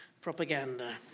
propaganda